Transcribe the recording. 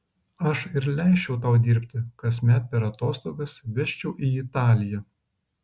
aš ir leisčiau tau dirbti kasmet per atostogas vežčiau į italiją